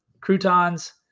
croutons